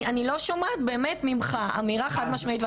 אני באמת לא שומעת ממך אמירה חד משמעית,